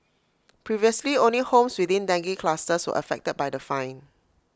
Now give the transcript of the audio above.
previously only homes within dengue clusters were affected by the fine